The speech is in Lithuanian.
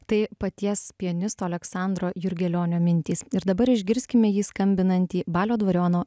tai paties pianisto aleksandro jurgelionio mintys ir dabar išgirskime jį skambinantį balio dvariono